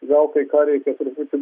gal tai ką reikia truputį